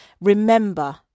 Remember